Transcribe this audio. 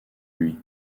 lui